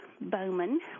Bowman